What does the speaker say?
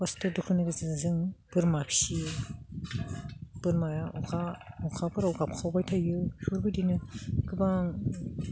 कस्त' दुखुनि गेजेरजों बोरमा फिसियो बोरमाया अखा अखाफोराव गाबखावबाय थायो बेफोरबायदिनो गोबां